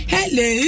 Hello